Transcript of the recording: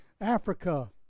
Africa